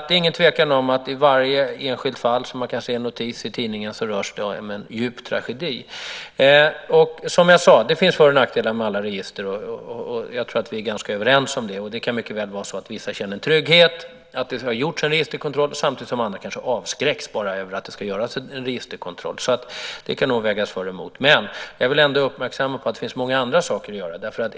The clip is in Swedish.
Det är ingen tvekan om att i varje enskilt fall som man kan se en notis om i tidningen så rör det sig om en djup tragedi. Som jag sade: Det finns för och nackdelar med alla register. Jag tror att vi är ganska överens om det. Det kan mycket väl vara så att vissa känner trygghet för att det har gjorts en registerkontroll samtidigt som andra kanske avskräcks över bara att det ska göras en registerkontroll. Det kan nog vägas för och emot. Men jag vill ändå uppmärksamma på att det finns många andra saker att göra.